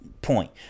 Point